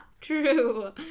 True